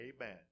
Amen